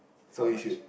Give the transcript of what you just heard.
so we should